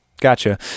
Gotcha